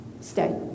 Stay